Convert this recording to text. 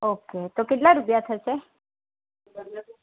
okay તો કેટલા રૂપિયા થસે